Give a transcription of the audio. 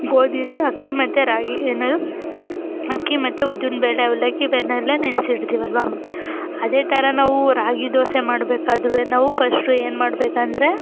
ಗೋಧಿ ಅಂದರೆ ಅಕ್ಕಿ ಮತ್ತು ರಾಗಿ ಏನದು ಅಕ್ಕಿ ಮತ್ತು ಉದ್ದಿನ ಬೇಳೆ ಅವಲಕ್ಕಿ ಇವನ್ನೆಲ್ಲ ನೆನೆಸಿಡ್ತೀವಲ್ವ ಅದೇ ಥರ ನಾವು ರಾಗಿ ದೋಸೆ ಮಾಡಬೇಕಾದ್ರೂ ನಾವು ಫಸ್ಟು ಏನು ಮಾಡಬೇಕಂದ್ರೆ